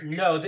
no